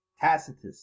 Tacitus